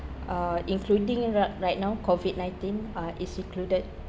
uh including right right now COVID nineteen uh is included